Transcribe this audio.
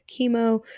chemo